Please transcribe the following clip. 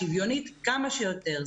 שוויונית כמה שיותר.